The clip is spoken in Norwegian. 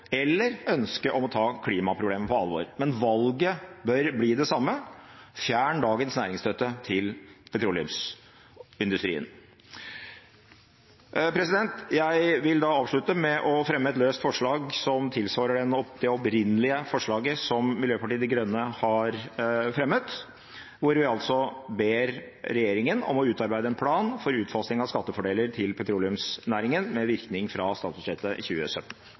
eller ønsket om å ta klimaproblemet på alvor. Men valget bør bli det samme: Fjern dagens næringsstøtte til petroleumsindustrien! Jeg vil avslutte med å fremme et løst forslag som tilsvarer det opprinnelige forslaget som Miljøpartiet De Grønne har fremmet, hvor vi ber regjeringen om å utarbeide en plan for utfasing av skattefordeler til petroleumsnæringen, med virkning fra statsbudsjettet 2017.